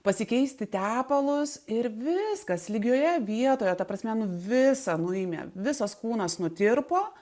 pasikeisti tepalus ir viskas lygioje vietoje ta prasme nu visą nuimė visas kūnas nutirpo